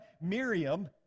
Miriam